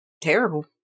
terrible